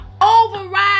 Override